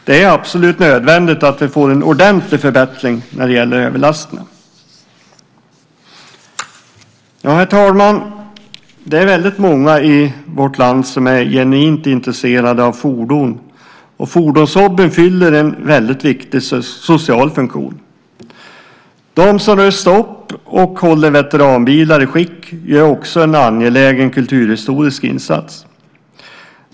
Det är absolut nödvändigt att vi får en ordentlig förbättring när det gäller överlasterna. Det är väldigt många i vårt land som är genuint intresserade av fordon, och fordonshobbyn fyller en väldigt viktig social funktion. De som rustar upp och håller veteranbilar i skick gör också en angelägen kulturhistorisk insats.